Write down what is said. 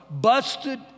busted